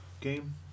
game